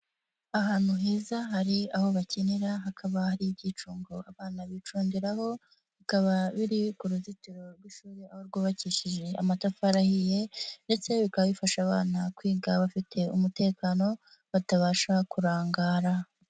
Ahantu heza hari aho bakinira hakaba hari ibyicungo abana bicundiraho bikaba biri ku ruzitiro rw'ishuri aho rwubakishije amatafari ahiye ndetse bikaba bifasha abana kwiga bafite umutekano batabasha kurangara.